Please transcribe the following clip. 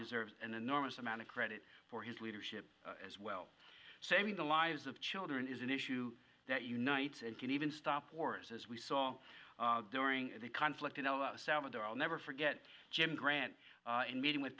deserves an enormous amount of credit for his leadership as well saving the lives of children is an issue that unites and can even stop wars as we saw during the conflict in el salvador i'll never forget jim grant and meeting with